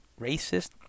racist